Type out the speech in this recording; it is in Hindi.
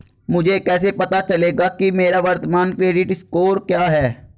मुझे कैसे पता चलेगा कि मेरा वर्तमान क्रेडिट स्कोर क्या है?